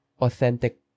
authentic